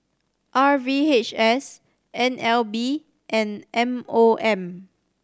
R V H S N L B and M O M